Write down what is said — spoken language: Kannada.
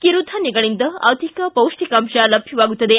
ಕಿರುಧಾನ್ವಗಳಿಂದ ಅಧಿಕ ಪೌಷ್ಟಿಕಾಂಶ ಲಭ್ಯವಾಗುತ್ತದೆ